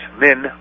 men